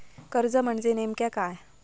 कर्ज म्हणजे नेमक्या काय?